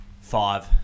Five